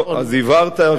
אז הבהרת.